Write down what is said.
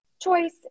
choice